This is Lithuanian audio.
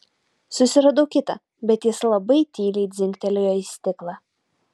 susiradau kitą bet jis labai tyliai dzingtelėjo į stiklą